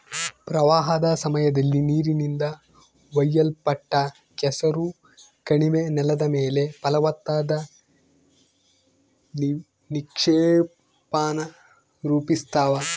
ಪ್ರವಾಹದ ಸಮಯದಲ್ಲಿ ನೀರಿನಿಂದ ಒಯ್ಯಲ್ಪಟ್ಟ ಕೆಸರು ಕಣಿವೆ ನೆಲದ ಮೇಲೆ ಫಲವತ್ತಾದ ನಿಕ್ಷೇಪಾನ ರೂಪಿಸ್ತವ